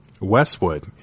Westwood